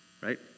right